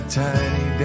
tiny